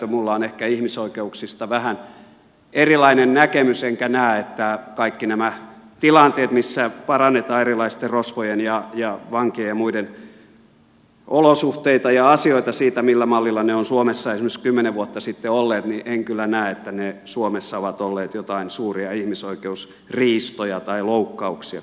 minulla on ehkä ihmisoikeuksista vähän erilainen näkemys enkä kyllä näe että kaikki nämä tilanteet missä parannetaan erilaisten rosvojen ja vankien ja muiden olosuhteita ja asioita siitä millä mallilla ne ovat suomessa esimerkiksi kymmenen vuotta sitten olleet niin en kyllä näyttäneet suomessa ovat olleet suomessa joitain suuria ihmisoikeusriistoja tai loukkauksia